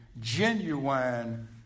genuine